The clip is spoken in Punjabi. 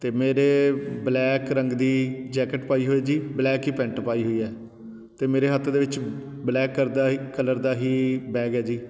ਅਤੇ ਮੇਰੇ ਬਲੈਕ ਰੰਗ ਦੀ ਜੈਕਟ ਪਾਈ ਹੋਈ ਜੀ ਬਲੈਕ ਹੀ ਪੈਂਟ ਪਾਈ ਹੋਈ ਹੈ ਅਤੇ ਮੇਰੇ ਹੱਥ ਦੇ ਵਿੱਚ ਬਲੈਕ ਕਰਦਾ ਹੀ ਕਲਰ ਦਾ ਹੀ ਬੈਗ ਹੈ ਜੀ